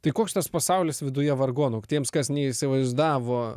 tai koks tas pasaulis viduje vargonų tiems kas neįsivaizdavo